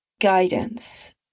Guidance